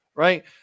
Right